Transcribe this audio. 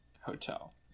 hotel